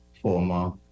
former